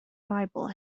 bible